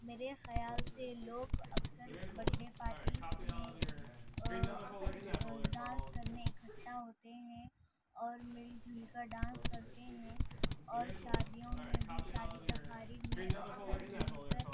میرے خیال سے لوگ اکثر بڈ ڈے پارٹیز میں ڈانس کرنے اکھٹا ہوتے ہیں اور مل جل کر ڈانس کرتے ہیں اور شادیوں میں بھی شادی تقاریب میں اکثر مل کر